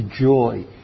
joy